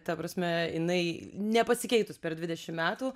ta prasme jinai nepasikeitus per dvidešim metų